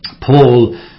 Paul